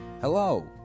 Hello